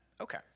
Okay